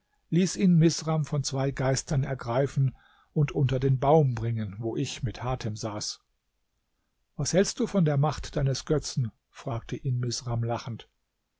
ließ ihn misram von zwei geistern ergreifen und unter den baum bringen wo ich mit hatem saß was hältst du von der macht deines götzen fragte ihn misram lachend